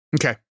Okay